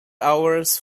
hours